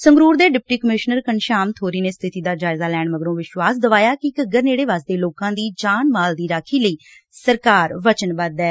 ਸੰਗਰੂਰ ਦੇ deputy commissioner Ghanshyam Thori ਨੇ ਸਬਿਤੀ ਦਾ ਜਾਇਜਾ ਲੈਣ ਮਗਰੋਂ ਵਿਸਵਾਸ਼ ਦਵਾਇਆ ਕਿ ਘੱਗਰ ਨੇੜੇ ਵਸਦੇ ਲੋਕਾਂ ਦੀ ਜਾਨ ਮਾਲ ਦੀ ਰਾਖੀ ਲਈ ਸਰਕਾਰ ਵਚਨਬੱਧ ਐ